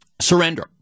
surrender